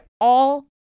all-